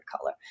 color